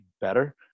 better